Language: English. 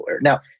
Now